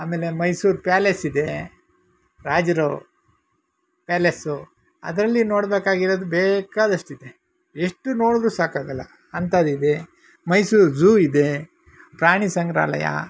ಆಮೇಲೆ ಮೈಸೂರು ಪ್ಯಾಲೇಸ್ ಇದೆ ರಾಜ್ರ ಪ್ಯಾಲೆಸ್ಸು ಅದರಲ್ಲಿ ನೋಡ್ಬೇಕಾಗಿರೋದು ಬೇಕಾದಷ್ಟಿದೆ ಎಷ್ಟು ನೋಡಿದ್ರೂ ಸಾಕಾಗೋಲ್ಲ ಅಂಥದ್ದಿದೆ ಮೈಸೂರು ಜೂ ಇದೆ ಪ್ರಾಣಿ ಸಂಗ್ರಹಾಲಯ